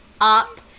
up